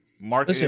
mark